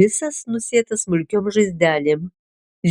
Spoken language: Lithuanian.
visas nusėtas smulkiom žaizdelėm